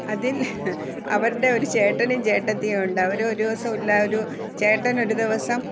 അതിൽ അവരുടെ ഒരു ചേട്ടനും ചേട്ടത്തിയുണ്ട് അവരൊരു ദിവസം ഉല്ലാ ഒരു ചേട്ടനൊരുദിവസം